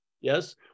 yes